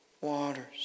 waters